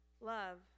love